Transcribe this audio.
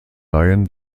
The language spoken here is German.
laien